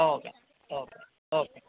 okay okay okay